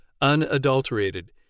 unadulterated